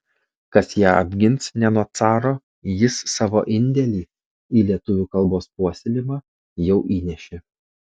kas ją apgins ne nuo caro jis savo indėlį į lietuvių kalbos puoselėjimą jau įnešė